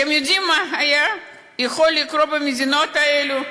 אתם יודעים מה היה יכול לקרות במדינות האלה?